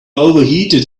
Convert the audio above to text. overheated